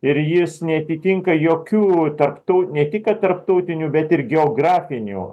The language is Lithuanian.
ir jis neatitinka jokių tarptau ne tik kad tarptautinių bet ir geografinių